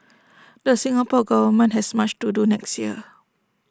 the Singapore Government has much to do next year